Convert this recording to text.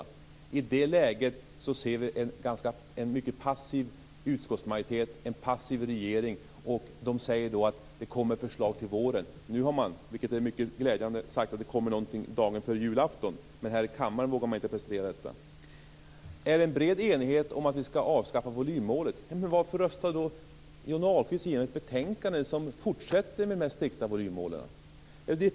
I det läget ser vi en mycket passiv utskottsmajoritet och en passiv regering som säger att det kommer förslag till våren. Nu har man, vilket är mycket glädjande, sagt att det kommer någonting dagen före julafton, men här i kammaren vågar man inte presentera detta. Det råder bred enighet om att vi skall avskaffa volymmålet, säger Johnny Ahlqvist. Men varför röstar han då igenom ett betänkande som fortsätter med de strikta volymmålen?